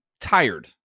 tired